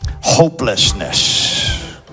hopelessness